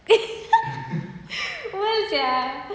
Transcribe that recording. [pe] sia